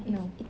no